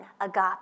agape